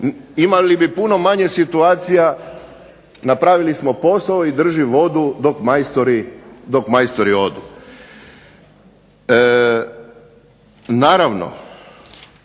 imali bi puno manje situacija, napravili smo posao i drži vodu dok majstori odu.